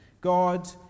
God